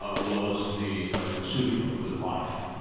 ah was the pursuit of a good life.